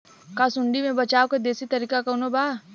का सूंडी से बचाव क देशी तरीका कवनो बा?